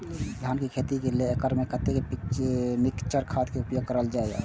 धान के खेती लय एक एकड़ में कते मिक्चर खाद के उपयोग करल जाय?